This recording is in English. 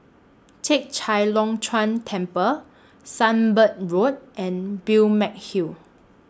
Chek Chai Long Chuen Temple Sunbird Road and Balmeg Hill